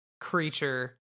creature